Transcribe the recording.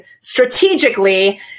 strategically